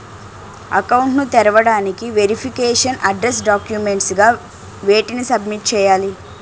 Account ను తెరవటానికి verification address documents గా వేటిని సబ్మిట్ చేయాలి?